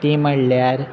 ती म्हणल्यार